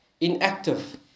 inactive